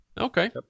Okay